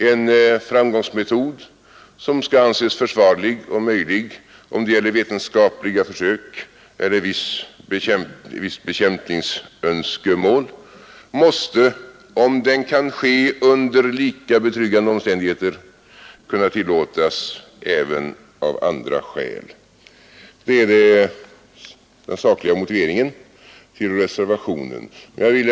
En framgångsmetod som skall anses försvarlig och möjlig när det gäller vetenskapliga försök eller ett visst bekämpningsönskemål måste, om den kan användas under lika betryggande omständigheter, kunna tillåtas även av andra skäl. Det är den sakliga motiveringen till reservationen. Herr talman!